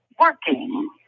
working